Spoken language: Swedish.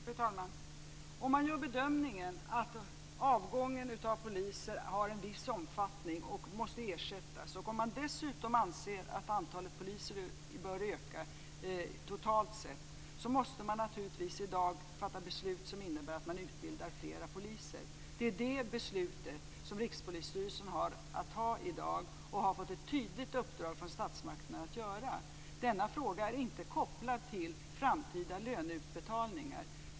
Fru talman! Om man gör bedömningen att avgången av poliser har en viss omfattning och måste ersättas och om man dessutom anser att antalet poliser bör öka totalt sett, måste man naturligtvis fatta beslut om att utbilda fler poliser. Det är detta beslut som Rikspolisstyrelsen har fått ett tydligt uppdrag från statsmakterna att fatta. Denna fråga är inte kopplad till framtida löneutbetalningar.